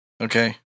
Okay